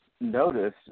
Notice